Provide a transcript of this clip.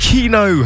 Kino